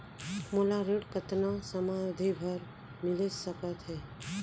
मोला ऋण कतना समयावधि भर मिलिस सकत हे?